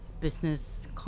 business